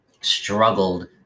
struggled